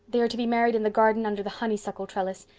they are to be married in the garden under the honeysuckle trellis.